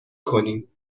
کنیم